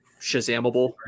Shazamable